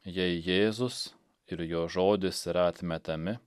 jei jėzus ir jo žodis yra atmetami